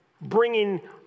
bringing